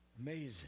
Amazing